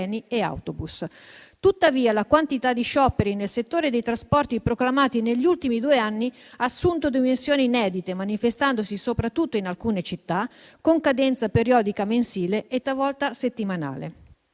Tuttavia, la quantità di scioperi nel settore dei trasporti proclamati negli ultimi due anni ha assunto dimensioni inedite, manifestandosi, soprattutto in alcune città, con cadenza periodica mensile e, talvolta, settimanale.